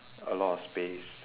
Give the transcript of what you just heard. a lot of space